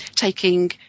taking